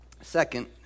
Second